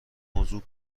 موضوع